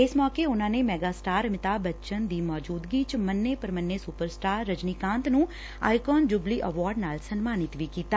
ਇਸ ਮੌਕੇ ਉਨੂਾ ਨੇ ਮੈਗਾ ਸਟਾਰ ਅਮਿਤਾਭ ਬਚਨ ਦੀ ਮੌਜੂਦਗੀ ਚ ਮੰਨੇ ਪ੍ਰਮੰਨੇ ਸੁਪਰ ਸਟਾਰ ਰਜਨੀਕਾਂਤ ਨੂੰ ਆਇਕਨ ਜੁਬਲੀ ਐਵਾਰਡ ਨਾਲ ਸਨਮਾਨਿਤ ਵੀ ਕੀਤਾ